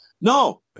no